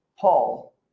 Paul